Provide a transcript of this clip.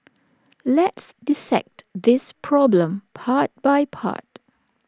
let's dissect this problem part by part